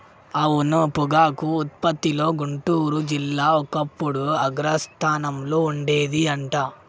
అవును పొగాకు ఉత్పత్తిలో గుంటూరు జిల్లా ఒకప్పుడు అగ్రస్థానంలో ఉండేది అంట